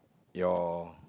your